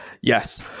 Yes